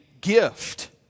gift